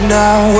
now